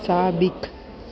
साबिक़ु